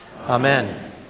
amen